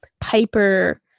piper